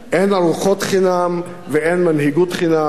אין ארוחות חינם ואין מנהיגות חינם.